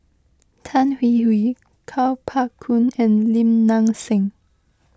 Tan Hwee Hwee Kuo Pao Kun and Lim Nang Seng